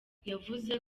yavuze